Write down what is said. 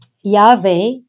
Yahweh